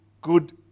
good